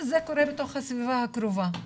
מהמקרים זה קורה בתוך הסביבה הקרובה.